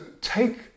take